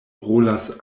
rolas